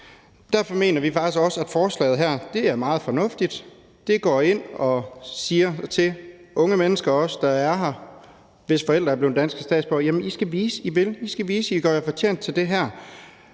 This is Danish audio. Derfor mener vi også, at forslaget her er meget fornuftigt. Det går også ind og siger til unge mennesker, der er her, og hvis forældre er blevet danske statsborgere: I skal vise, at I vil; I skal vise, at